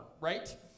right